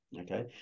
Okay